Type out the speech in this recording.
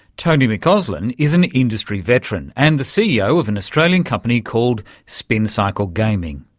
tony mcauslan is an industry veteran and the ceo of an australian company called spincycle gaming.